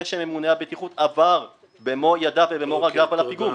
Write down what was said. שממונה הבטיחות עבר במו ידיו ובמו רגליו על הפיגום.